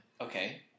Okay